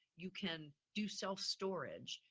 you can do self storage,